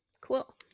Cool